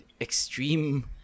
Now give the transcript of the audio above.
extreme